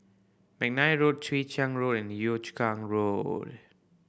McNair Road Chwee Chian Road and Yio Chu Kang Road